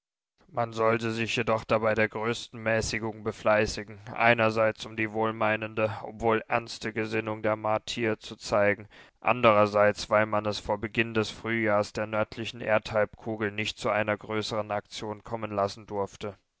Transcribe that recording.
man sollte sich jedoch dabei der größten mäßigung befleißigen einerseits um die wohlmeinende obwohl ernste gesinnung der martier zu zeigen andrerseits weil man es vor beginn des frühjahrs der nördlichen erdhalbkugel nicht zu einer größeren aktion kommen lassen durfte